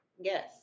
Yes